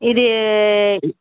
இது